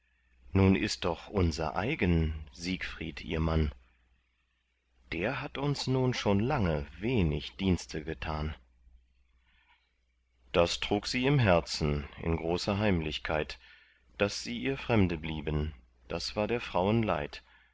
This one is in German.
nun ist doch unser eigen siegfried ihr mann der hat uns nun schon lange wenig dienste getan das trug sie im herzen in großer heimlichkeit daß sie ihr fremde blieben das war der